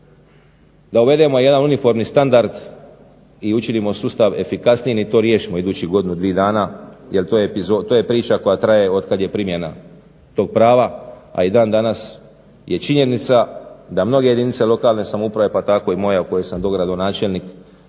da uvedemo jedan uniformni standard i učinimo sustav efikasnijim i to riješimo idućih godinu, dvije dana jer to je priča koja traje od kad je primjena tog prava a i dan danas je činjenica da mnoge jedinice lokalne samouprave, pa tako i moja u kojoj sam dogradonačelnik